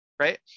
Right